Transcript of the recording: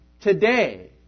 today